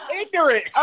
Ignorant